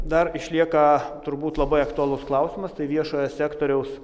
dar išlieka turbūt labai aktualus klausimas tai viešojo sektoriaus